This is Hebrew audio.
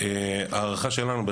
אנחנו ביום ראשון,